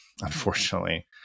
unfortunately